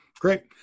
Great